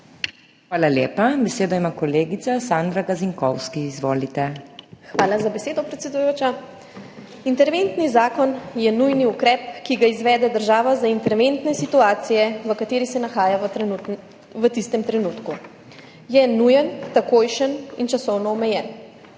Hvala lepa. Besedo ima kolegica Sandra Gazinkovski. Izvolite. SANDRA GAZINKOVSKI (PS Svoboda): Hvala za besedo, predsedujoča. Interventni zakon je nujni ukrep, ki ga izvede država za interventne situacije, v katerih se nahaja v tistem trenutku. Je nujen, takojšen in časovno omejen.